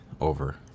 over